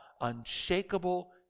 unshakable